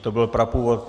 To byl prapůvod.